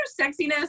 sexiness